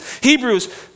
Hebrews